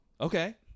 Okay